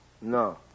No